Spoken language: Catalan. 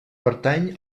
pertany